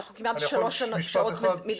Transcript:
אנחנו כמעט שלוש שעות מתדיינים פה.